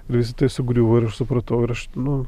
ir visa tai sugriuvo ir aš supratau ir aš nu